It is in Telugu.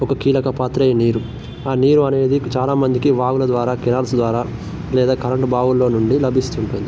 ఒక కీలక పాత్ర ఈ నీరు నీరు అనేది చాలా మందికి వాగుల ద్వారా క్యాన్స్ ద్వారా లేదా కరంటు బావుల్లో నుండి లభిస్తుంటాయి